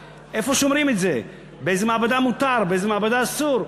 כיוון שאם אישה מצהירה שהיא נותנת פטור לחברות הביטוח מסודיות רפואית,